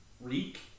Reek